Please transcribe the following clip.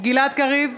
גלעד קריב,